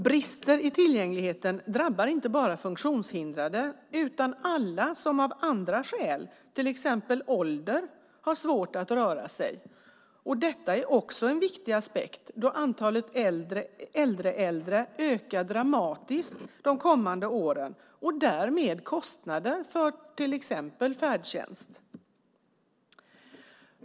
Brister i tillgängligheten drabbar inte bara funktionshindrade utan alla som av andra skäl, till exempel ålder, har svårt att röra sig. Detta är också en viktig aspekt, då antalet äldre äldre ökar dramatiskt de kommande åren och därmed kostnaden för till exempel färdtjänst.